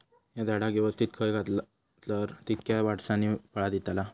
हया झाडाक यवस्तित खत घातला तर कितक्या वरसांनी फळा दीताला?